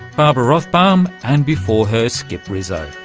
barbara rothbaum. and before her, skip rizzo.